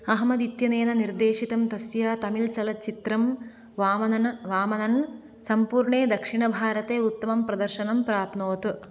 अहमद् इत्यनेन निर्देशितं तस्य तमिल् चलच्चित्रं वामनन वामनन् सम्पूर्णे दक्षिणभारते उत्तमं प्रदर्शनं प्राप्नोत्